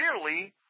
clearly